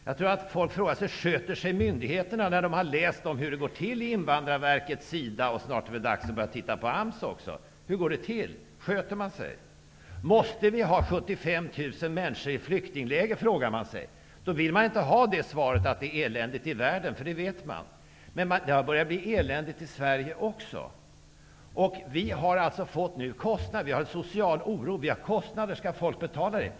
Jag tror att människor, när de har läst om hur det går till i Invandrarverket, SIDA, och snart är det väl dags att börja titta på AMS, frågar sig: Sköter sig myndigheterna? Hur går det till? Måste vi ha 75 000 människor i flyktingläger, frågar man sig. Då vill man inte ha svaret att det är eländigt i världen, för det vet man. Men det har börjat bli eländigt i Sverige också. Vi har social oro, vi har kostnader. Skall människor betala dessa?